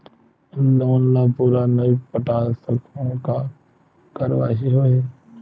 Loan ला पूरा नई पटा सकहुं का कारवाही होही?